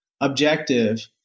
objective